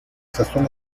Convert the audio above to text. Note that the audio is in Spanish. sazón